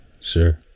Sure